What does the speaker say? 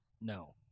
no